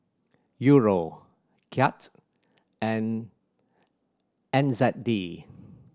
Euro Kyat and N Z D